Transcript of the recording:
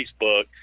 facebook